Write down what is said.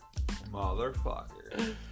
Motherfucker